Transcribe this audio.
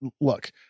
look